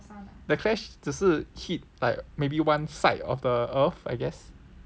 the crash 只是 hit like maybe one side of the earth I guess